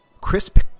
Crisp